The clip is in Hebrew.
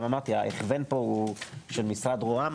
גם ההכוון הוא של משרד ראש הממשלה.